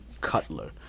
Cutler